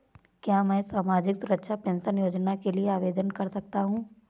क्या मैं सामाजिक सुरक्षा पेंशन योजना के लिए आवेदन कर सकता हूँ?